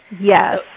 Yes